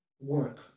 work